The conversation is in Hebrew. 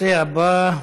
הנושא הבא: